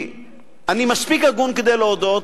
אני מספיק הגון כדי להודות,